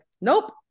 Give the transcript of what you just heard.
Nope